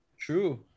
True